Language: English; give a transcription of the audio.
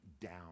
down